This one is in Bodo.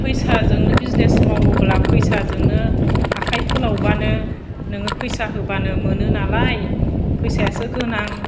फैसाजोंनो बिजिनेस मावोब्ला फैसाजोंनो आखाइ फोलावबानो नोङो फैसा होबानो मोनो नालाय फैसायासो गोनां